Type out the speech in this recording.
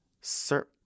Sir